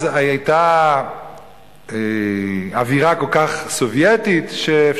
אז היתה אווירה כל כך סובייטית שהיה